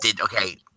okay